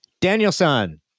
Danielson